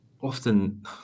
often